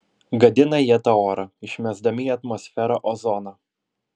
gadina jie tą orą išmesdami į atmosferą ozoną